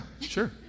sure